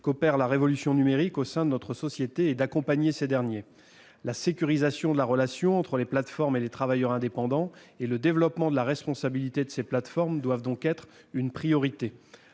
qu'opère la révolution numérique au sein de notre société et de les accompagner. La sécurisation de la relation entre les plateformes et les travailleurs indépendants et le développement de la responsabilité de ces plateformes doivent être une priorité.